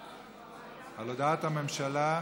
על הודעת הממשלה,